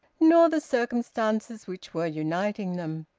nor the circumstances which were uniting them.